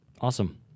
Awesome